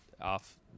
off